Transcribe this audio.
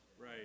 Right